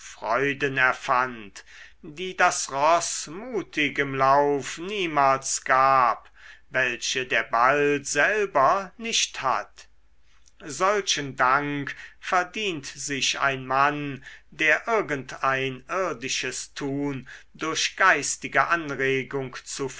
freuden erfand die das roß mutig im lauf niemals gab welche der ball selber nicht hat solchen dank verdient sich ein mann der irgend ein irdisches tun durch geistige anregung zu